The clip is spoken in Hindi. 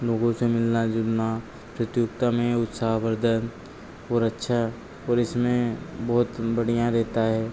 लोगों से मिलना जुलना प्रतियोगिता में उत्साहवर्धन और अच्छा और इसमें बहुत बढ़िया रहता है